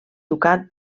ducat